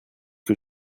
que